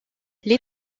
les